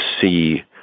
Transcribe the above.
see